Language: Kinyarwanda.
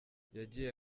yagiye